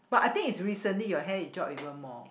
but I think it's recently your hair it drop even more